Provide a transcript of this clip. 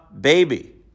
baby